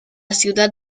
ciudad